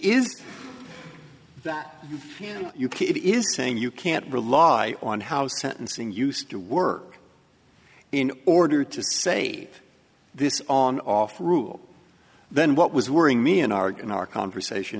it is saying you can't rely on how sentencing used to work in order to say this on off rule then what was worrying me and are going our conversation